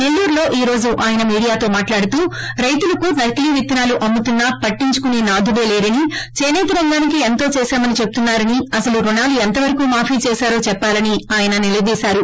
నెల్లూరులో ఈ రోజు ఆయన కా ర్యక్రమాని కార్య మీడేయాతో మాట్లాడుతూ రైతులకు నకిలీ విత్తనాలు అమ్ముతున్నా పట్టించుకుసే నాదుడే లేరని చేసేత రంగానికి ఎంతో చేశామని చెప్పున్నారని అసలు రుణాలు ఎంతవరకు మాఫి చేసారో చెప్పాలని ఆయన నిలదీశారు